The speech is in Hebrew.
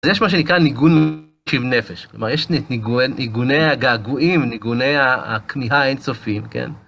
יש מה שנקרא ניגון משיב נפש. כלומר, יש ניגוני הגעגועים, ניגוני הכמיהה האין סופיים, כן?